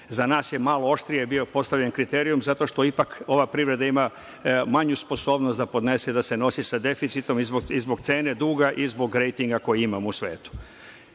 za nas je malo oštrije bio postavljen kriterijum, zato što ipak ova privreda ima manju sposobnost da podnese i da se nosi sa deficitom i zbog cene duga i zbog rejtinga koji imamo u svetu. To